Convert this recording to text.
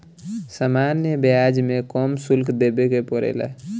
सामान्य ब्याज में कम शुल्क देबे के पड़ेला